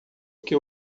que